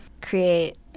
create